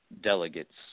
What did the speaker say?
delegate's